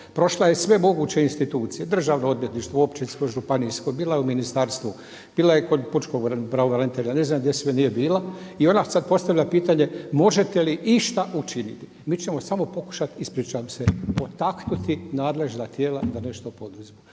prošla je sve moguće institucije Državno odvjetništvo, općinsko, županijsko, bila je u ministarstvu, bila je kod pučkog pravobranitelja, ne znam gdje sve nije bila i onda sad postavlja pitanje možete li išta učiniti? Mi ćemo samo pokušati ispričavam se potaknuti nadležna tijela da nešto poduzmu.